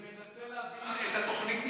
אני מנסה להבין את התוכנית מס'